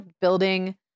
building